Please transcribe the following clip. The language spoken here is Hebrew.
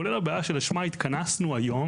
כולל הבעיה שלשמה התכנסנו היום,